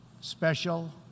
special